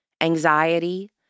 anxiety